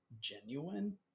genuine